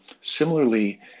Similarly